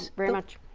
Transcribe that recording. very much.